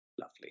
Lovely